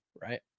right